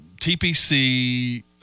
TPC